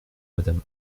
madame